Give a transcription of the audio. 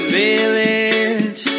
village